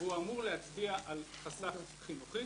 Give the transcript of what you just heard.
והוא אמור להצביע על חסך חינוכי.